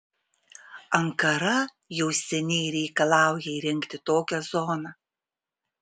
ankara jau seniai reikalauja įrengti tokią zoną